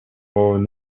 more